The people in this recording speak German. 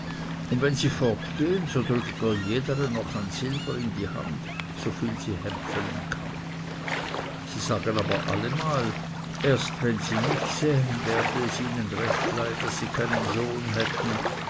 und wenn sie fortgehen so drückt mir eine jedere noch silber in die hand so viel sie hämpfelen kann die sagen aber allemal erst wenn sie mich sähen werde es ihnen recht leid daß sie keinen sohn hätten